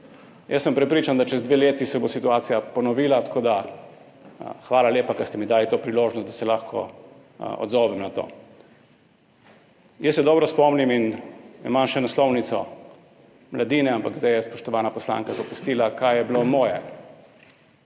Jaz sem prepričan, da čez dve leti se bo situacija ponovila. Tako da hvala lepa, ker ste mi dali to priložnost, da se lahko odzovem na to. Jaz se dobro spomnim in imam še naslovnico Mladine, ampak zdaj je spoštovana poslanka zapustila [dvorano], kaj je bila moja